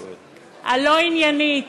הלא-עניינית,